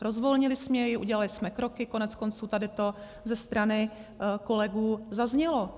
Rozvolnili jsme ji, udělali jsme kroky, koneckonců tady to ze strany kolegů zaznělo.